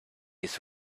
his